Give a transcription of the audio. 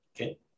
Okay